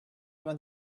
vingt